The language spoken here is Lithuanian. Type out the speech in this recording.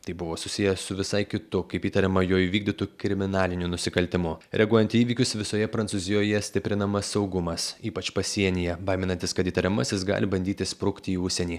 tai buvo susiję su visai kitu kaip įtariama jo įvykdytu kriminaliniu nusikaltimu reaguojant į įvykius visoje prancūzijoje stiprinamas saugumas ypač pasienyje baiminantis kad įtariamasis gali bandyti sprukti į užsienį